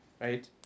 Right